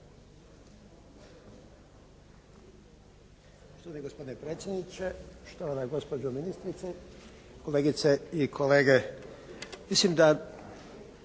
Štovani gospodine predsjedniče, štovana gospođo ministrice, kolegice i kolege. Mislim da